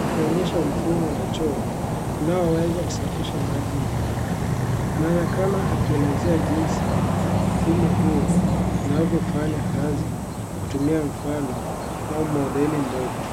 akionyesha mfumo wa choo, unao weza kusafisha maji na taka, anaonekana akionyesha jinsi mfumo huo, unavyo fanya kazi, akitumia mfano au modeli ndogo.